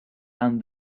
and